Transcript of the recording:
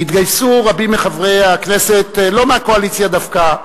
התגייסו רבים מחברי הכנסת, לא מהקואליציה דווקא,